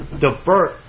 divert